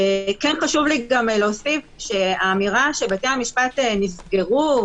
אלא גם שאר בתי הדין הדתיים, כמו שהוזכר פה.